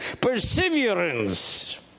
perseverance